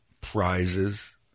prizes